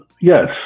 yes